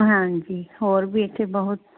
ਹਾਂਜੀ ਹੋਰ ਵੀ ਇੱਥੇ ਬਹੁਤ